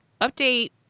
Update